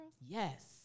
Yes